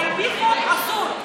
על פי חוק, אסור.